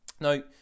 Now